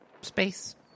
space